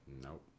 Nope